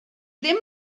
ddim